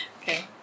Okay